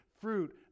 fruit